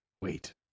wait